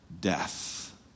death